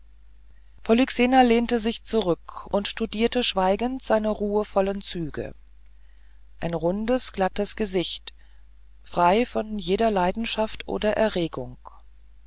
polyxena lehnte sich zurück und studierte schweigend seine ruhevollen züge ein rundes glattes gesicht frei von jeder leidenschaft oder erregung